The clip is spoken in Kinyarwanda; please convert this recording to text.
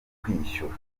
kwishyura